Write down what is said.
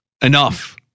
enough